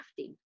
crafting